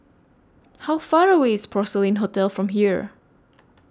How Far away IS Porcelain Hotel from here